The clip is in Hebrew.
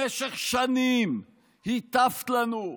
במשך שנים הטפת לנו,